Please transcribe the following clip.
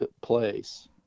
place